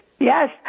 Yes